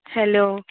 hello